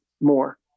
more